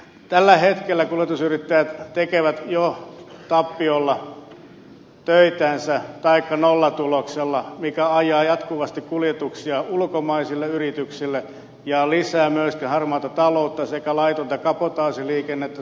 tällä hetkellä kuljetusyrittäjät tekevät jo tappiolla taikka nollatuloksella töitänsä mikä ajaa jatkuvasti kuljetuksia ulkomaisille yrityksille ja lisää myöskin harmaata taloutta sekä laitonta kabotaasiliikennettä suomessa